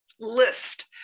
list